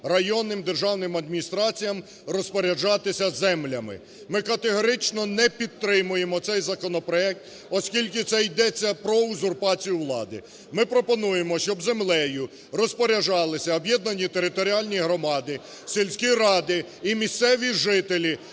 районним державним адміністраціям розпоряджатися землями. Ми категорично не підтримуємо цей законопроект, оскільки це йдеться про узурпацію влади. Ми пропонуємо, щоб землею розпоряджалися об'єднані територіальні громади, сільські ради і місцеві жителі,